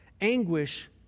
Anguish